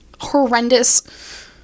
horrendous